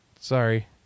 Sorry